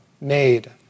made